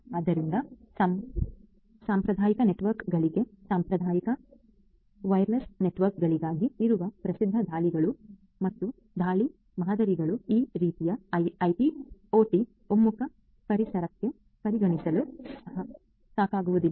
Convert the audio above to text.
ಆದ್ದರಿಂದ ಸಾಂಪ್ರದಾಯಿಕ ನೆಟ್ವರ್ಕ್ಗಳಿಗಾಗಿ ಸಾಂಪ್ರದಾಯಿಕ ವೈರ್ಲೆಸ್ ನೆಟ್ವರ್ಕ್ಗಳಿಗಾಗಿ ಇರುವ ಪ್ರಸಿದ್ಧ ದಾಳಿಗಳು ಮತ್ತು ದಾಳಿ ಮಾದರಿಗಳು ಈ ರೀತಿಯ ಐಟಿ ಒಟಿ ಒಮ್ಮುಖ ಪರಿಸರಕ್ಕೆ ಪರಿಗಣಿಸಲು ಸಾಕಾಗುವುದಿಲ್ಲ